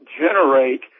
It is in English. generate